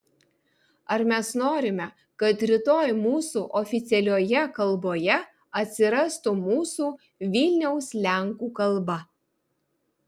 ar mes norime kad rytoj mūsų oficialioje kalboje atsirastų mūsų vilniaus lenkų kalba